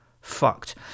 fucked